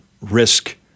risk